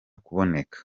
kuboneka